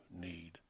need